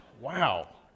Wow